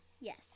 Yes